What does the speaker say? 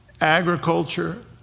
agriculture